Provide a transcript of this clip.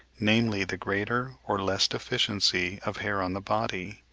namely, the greater or less deficiency of hair on the body,